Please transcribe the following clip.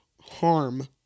harm